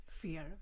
fear